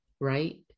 right